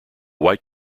white